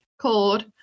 called